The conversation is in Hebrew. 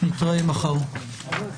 (תיקון), התשפ"ב-2021, אושרו.